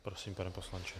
Prosím, pane poslanče.